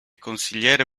consigliere